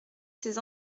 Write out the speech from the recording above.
ces